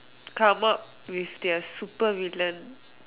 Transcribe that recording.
come up with their super villain